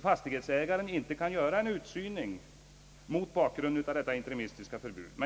Fastighetsägaren kan följaktligen mot bakgrunden av detta interimistiska beslut inte göra en avverkning.